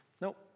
Nope